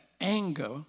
anger